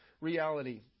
reality